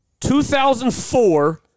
2004